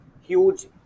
huge